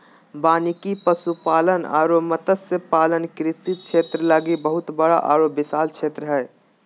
वानिकी, पशुपालन अरो मत्स्य पालन कृषि क्षेत्र लागी बहुत बड़ा आरो विशाल क्षेत्र हइ